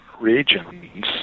regions